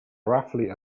roughly